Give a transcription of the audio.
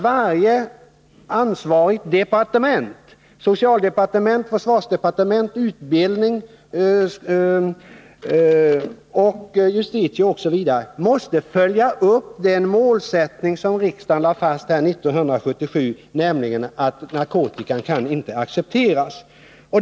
Varje ansvarigt departement — socialdepartementet, försvarsdepartementet, utbildningsdepartementet, justitiedepartementet osv. — måste ju följa upp den målsättning som riksdagen lade fast 1977, nämligen att narkotika inte kan accepteras.